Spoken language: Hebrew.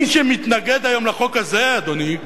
מי שמתנגד היום לחוק הזה, אדוני,